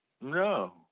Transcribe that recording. No